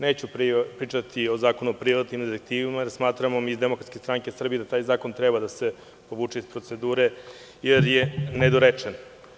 Neću pričati o zakonu o privatnim detektivima, jer mi iz DSS smatramo da taj zakon treba da se povuče iz procedure, jer je nedorečen.